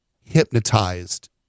hypnotized